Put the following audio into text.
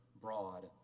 broad